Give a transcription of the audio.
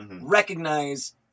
Recognize